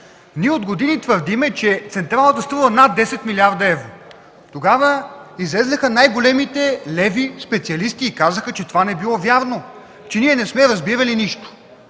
ние от години твърдим, че централата струва над 10 милиарда евро. Тогава излязоха най-големите леви специалисти и казаха, че това не било вярно, че ние не сме разбирали нищо.